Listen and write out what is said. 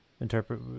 interpret